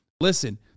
listen